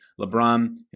LeBron